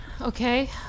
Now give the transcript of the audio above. Okay